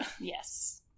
Yes